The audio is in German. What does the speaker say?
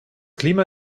klima